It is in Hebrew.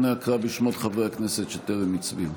אנא קרא בשמות חברי הכנסת שטרם הצביעו.